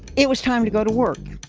it was time to go to work.